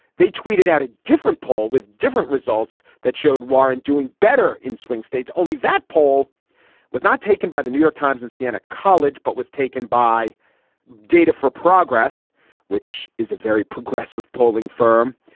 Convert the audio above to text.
they tweeted out a different poll with different results that showed warren doing better in swing states only. that poll was not taken by the new york times and siena college but was taken by data for progress which is a very progressive polling firm.